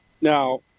now